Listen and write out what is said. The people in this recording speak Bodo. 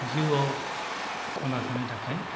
जिउआव थांना थानो थाखाय